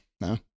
no